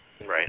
Right